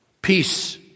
peace